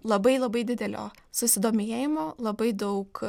labai labai didelio susidomėjimo labai daug